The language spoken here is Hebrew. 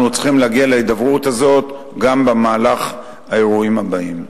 אנחנו צריכים להגיע להידברות הזאת גם במהלך האירועים הבאים.